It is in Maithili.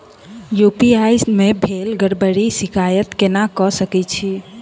यु.पी.आई मे भेल गड़बड़ीक शिकायत केना कऽ सकैत छी?